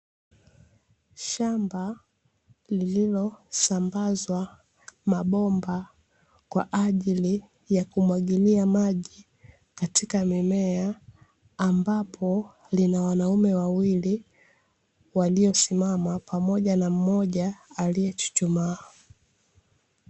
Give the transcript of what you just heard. Shamba lililosambazwa mabomba kwaajili ya kumwagilia maji katika mimea, ambapo lina wanaume wawili waliosimama pamoja na mmoja aliyechuchumaa.